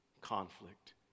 conflict